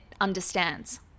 understands